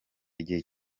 igihe